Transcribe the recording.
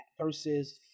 versus